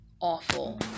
awful